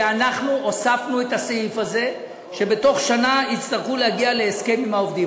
ואנחנו הוספנו את העניין הזה שבתוך שנה יצטרכו להגיע להסכם עם העובדים.